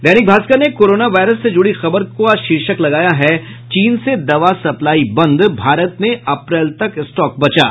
दैनिक भास्कर ने corona virus से जुड़ी खबर का शीर्षक लगाया है चीन से दवा सप्लाई बंद भारत में अप्रैल तक स्टॉक बचा